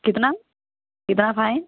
कितना कितना फाइन